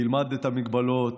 תלמד את המגבלות,